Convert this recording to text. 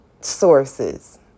sources